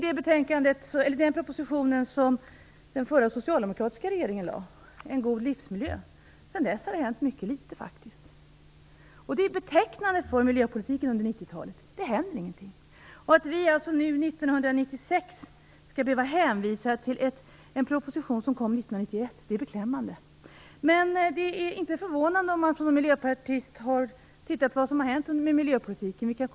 Det är den proposition som den förra socialdemokratiska regeringen lade fram, En god livsmiljö. Sedan dess har inte mycket hänt. Det är betecknande för miljöpolitiken under 90-talet. Det händer ingenting. Att vi nu, 1996, skall behöva hänvisa till en proposition som kom 1991 är beklämmande. Men det är inte förvånande om man, som Miljöpartiet, har tittat på vad som har hänt med miljöpolitiken.